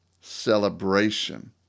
Celebration